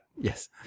Yes